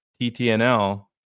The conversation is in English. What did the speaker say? TTNL